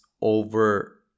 over